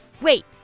Wait